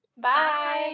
Bye